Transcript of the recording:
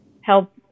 help